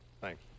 Thanks